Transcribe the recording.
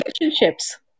relationships